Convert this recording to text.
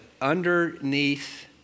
underneath